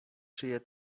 czyje